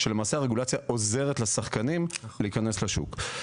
בהן הרגולציה עוזרת לשחקנים להיכנס לשוק.